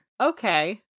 Okay